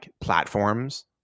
platforms